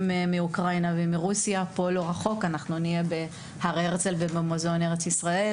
מאוקראינה ורוסיה בהר הרצל ובמוזיאון ישראל.